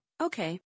Okay